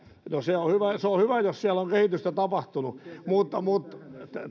no se on hyvä jos siellä on kehitystä tapahtunut